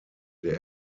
der